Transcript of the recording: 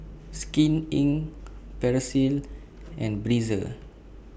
Skin Inc and Breezer